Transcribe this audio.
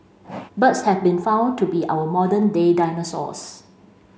birds have been found to be our modern day dinosaurs